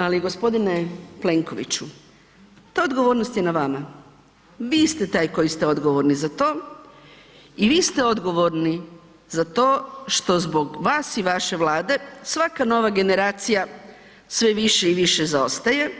Ali gospodine Plenkoviću ta odgovornost je na vama, vi ste taj koji ste odgovorni za to i vi ste odgovorni za to što zbog vas i vaše Vlade svaka nova generacija sve više i više zaostaje